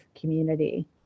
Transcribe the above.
community